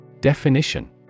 Definition